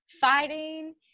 fighting